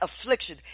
affliction